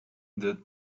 the